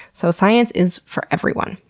so science is for everyone,